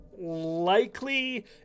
likely